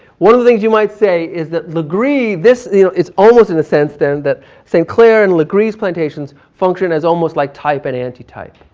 one of the things you might say is that legree, this you know, it's almost in a sense then that st. clair and legree's plantations, function as almost like type and anti type.